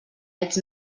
ets